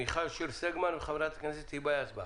- מיכל שיר סגמן, היבה יזבק.